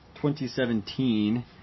2017